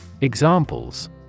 Examples